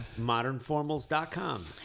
Modernformals.com